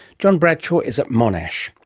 john bradshaw is at monash